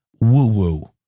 woo-woo